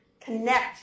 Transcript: connect